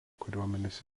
kariuomenės